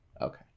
okay